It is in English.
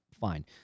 fine